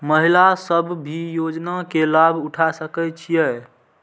महिला सब भी योजना के लाभ उठा सके छिईय?